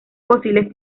fósiles